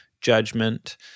judgment